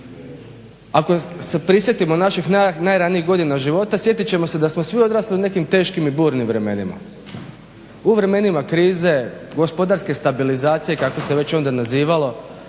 ako se prisjetimo naših najranijih godina života sjetit ćemo se da smo svi odrasli u nekim teškim i burnim vremenima, vremenima krize, gospodarske stabilizacije kako se već onda nazivalo.